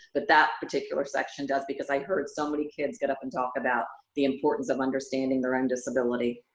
but that particular section does, because i heard so many kids get up and talk about the importance of understanding their own disability.